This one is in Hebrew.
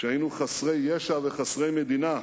כשהיינו חסרי ישע וחסרי מדינה,